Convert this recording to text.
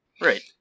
Right